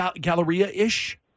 Galleria-ish